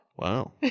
Wow